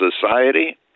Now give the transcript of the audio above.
society